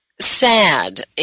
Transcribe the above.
Sad